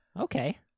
Okay